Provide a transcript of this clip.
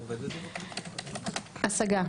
השגה.